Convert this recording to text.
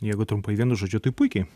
jeigu trumpai vienu žodžiu tai puikiai